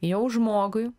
jau žmogui